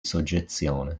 soggezione